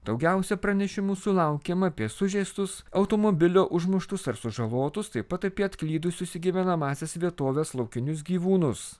daugiausia pranešimų sulaukiama apie sužeistus automobilio užmuštus ar sužalotus taip pat apie atklydusius į gyvenamąsias vietoves laukinius gyvūnus